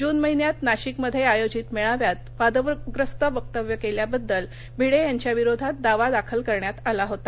जून महिन्यात नाशिकमध्ये आयोजित मेळाव्यात वादग्रस्त वक्तव्य केल्याबद्दल भिडे यांच्या विरोधात दावा दाखल करण्यात आला होता